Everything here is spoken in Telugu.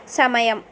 సమయం